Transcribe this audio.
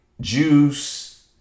Juice